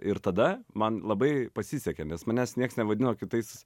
ir tada man labai pasisekė nes manęs niekas nevadino kitais